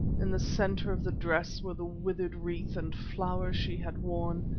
in the centre of the dress were the withered wreath and flowers she had worn,